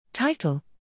title